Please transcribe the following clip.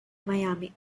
miami